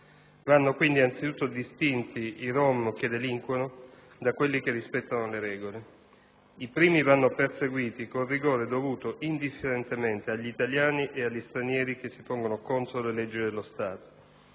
Vanno quindi anzitutto distinti i rom che delinquono da quelli che rispettano le regole: i primi vanno perseguiti col rigore dovuto indifferentemente agli italiani e agli stranieri che si pongono contro le leggi dello Stato;